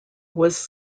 was